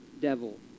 devil